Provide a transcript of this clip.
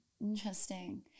Interesting